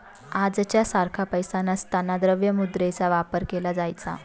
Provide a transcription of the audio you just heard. आजच्या सारखा पैसा नसताना द्रव्य मुद्रेचा वापर केला जायचा